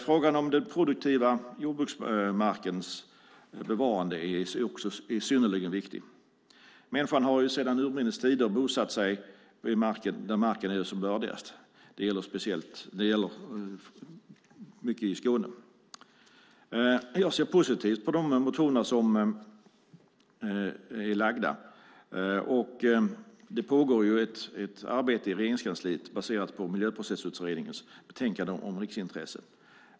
Frågan om den produktiva jordbruksmarkens bevarande är synnerligen viktig. Människan har sedan urminnes tider bosatt sig där marken är som bördigast. Det gäller mycket i Skåne. Jag ser positivt på de väckta motionerna, och det pågår ett arbete i Regeringskansliet, baserat på Miljöprocessutredningens betänkande om riksintressen.